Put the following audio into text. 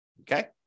Okay